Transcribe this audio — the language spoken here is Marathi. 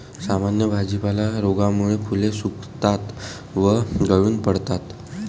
सामान्य भाजीपाला रोगामुळे फुले सुकतात व गळून पडतात